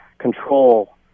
control